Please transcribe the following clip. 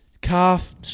calf